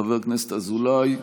חברת הכנסת ברביבאי?